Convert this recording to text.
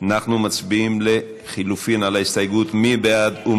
מי בעד?